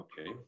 okay